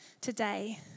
today